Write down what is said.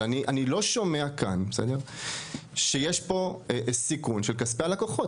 אבל אני לא שומע כאן שיש פה סיכון של כספי הלקוחות,